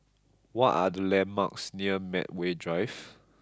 what are the landmarks near Medway Drive